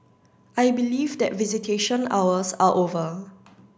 I believe that visitation hours are over